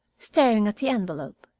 staring at the envelope.